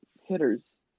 hitters